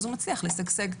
אז הוא מצליח לשגשג.